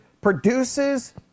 produces